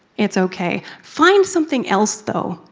it's okay. find something else, though.